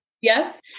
Yes